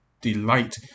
delight